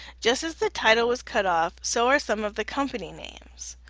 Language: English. just as the title was cut off, so are some of the company names.